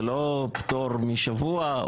זה לא פטור משבוע.